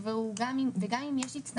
אני גם מזכיר בסופו של יום,